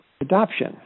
adoption